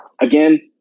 again